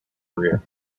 career